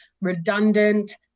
redundant